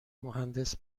مهندس